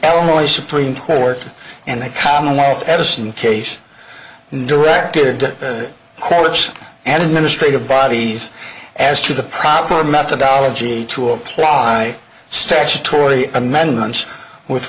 elderly supreme court and the commonwealth edison case director colors and administrative bodies as to the proper methodology to apply statutory amendments with